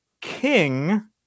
King